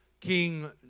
King